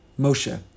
Moshe